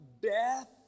death